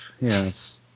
yes